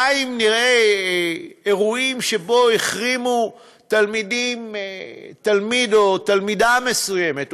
די אם נראה אירועים שבהם החרימו תלמיד או תלמידה מסוימים,